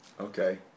Okay